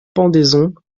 pendaison